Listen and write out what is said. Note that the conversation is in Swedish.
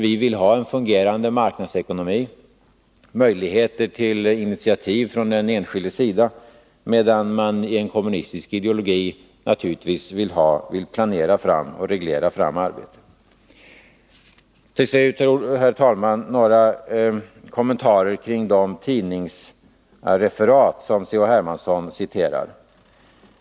Vi vill ha en fungerande marknadsekonomi med möjligheter till initiativ från den enskildes sida, medan man i en kommunistisk ideologi naturligtvis vill planera och reglera fram arbeten. Till slut, herr talman, några kommentarer till de tidningsreferat som C.-H. Hermansson citerade.